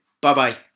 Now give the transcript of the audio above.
Bye-bye